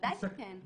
ודאי שכן.